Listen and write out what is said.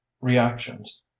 reactions